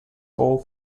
all